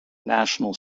national